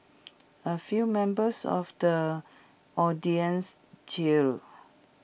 A few members of the audience cheered